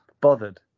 bothered